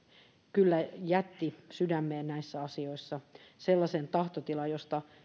kyllä jätti sydämeen näissä asioissa sellaisen tahtotilan josta